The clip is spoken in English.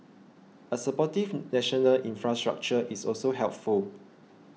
a supportive national infrastructure is also helpful